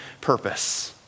purpose